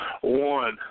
One